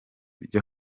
byo